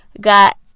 got